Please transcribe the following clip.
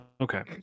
Okay